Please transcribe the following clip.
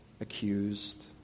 accused